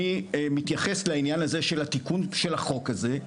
מתייחס לעניין הזה של התיקון של החוק הזה.